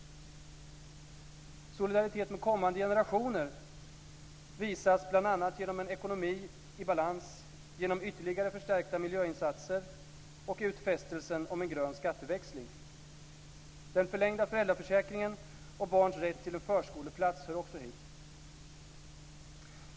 Solidaritet med kommande generationer visas bl.a. genom en ekonomi i balans, genom ytterligare förstärkta miljöinsatser och genom utfästelsen om en grön skatteväxling. Den förlängda föräldraförsäkringen och barnens rätt till en förskoleplats hör också hit.